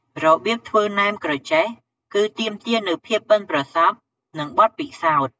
របៀបធ្វើណែមក្រចេះ គឺទាមទារនូវភាពប៉ិនប្រសប់ និងបទពិសោធន៍។